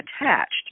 attached